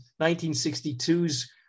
1962's